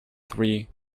three